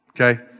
Okay